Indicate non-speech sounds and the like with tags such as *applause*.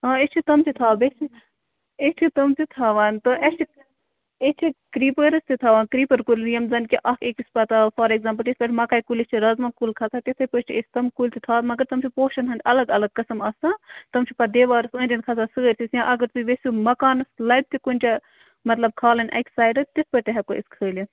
آ أسۍ چھِ تِم تہِ تھاوان *unintelligible* أسۍ چھِ تِم تہِ تھاوان تہٕ اَسہِ چھِ أسۍ چھِ کِرٛیٖپٲرٕس تہِ تھاوان کِرٛیٖپَر کُل یُس زَن کہِ اَکھ أکِس پتہٕ آو فار اٮ۪کزامپٕل یِتھ کٔٹھۍ مَکاے کُلِس چھِ رَزما کُل کھَسان تِتھَے پٲٹھۍ چھِ أسۍ تِم کُلۍ تہِ تھاوان مگر تِم چھِ پوشَن اَلگ اَلگ قٕسٕم آسان تِم چھِ پتہٕ دیوارَس أنٛدۍ أنٛدۍ کھَسان سٲرۍسٕے *unintelligible* اگر تُہۍ ویٚژھِو مَکانَس لَبہِ تہِ کُنہِ جاے مطلب کھالٕنۍ اَکہِ سایڈٕ تِتھ پٲٹھۍ تہِ ہٮ۪کو أسۍ کھٲلِتھ